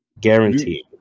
Guaranteed